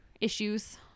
issues